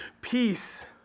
Peace